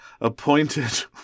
appointed